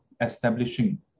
establishing